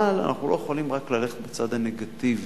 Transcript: אבל אנחנו לא יכולים רק ללכת בצד הנגטיבי,